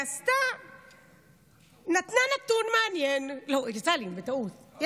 זה יצא לי בטעות,